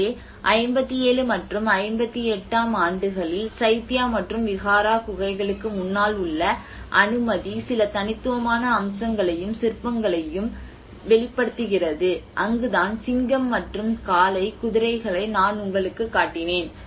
எனவே 57 மற்றும் 58 ஆம் ஆண்டுகளில் சைத்யா மற்றும் விஹாரா குகைகளுக்கு முன்னால் உள்ள அனுமதி சில தனித்துவமான அம்சங்களையும் சிற்பங்களையும் வெளிப்படுத்துகிறது அங்குதான் சிங்கம் மற்றும் காளை குதிரைகளை நான் உங்களுக்குக் காட்டினேன்